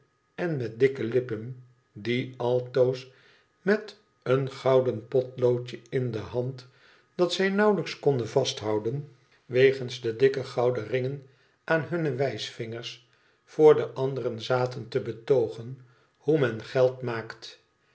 en met dikke lippen die altoos met een gotiden potloodje in de hand dat zij nauwelijks konden vasthouden wegens de dikke gouden ringen aan hunne wijsvingers voor de anderen zaten te betoogen hoe men geld